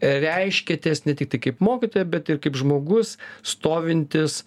reiškėtės ne tik kaip mokytoja bet ir kaip žmogus stovintis